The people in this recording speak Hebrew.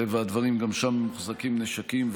מטבע הדברים גם שם מוחזקים נשקים,